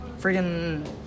Freaking